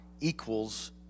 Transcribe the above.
equals